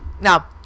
Now